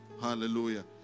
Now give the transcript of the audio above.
Hallelujah